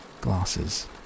glasses